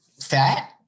fat